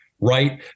right